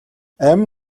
амь